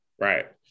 Right